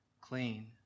clean